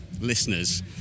listeners